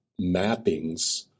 mappings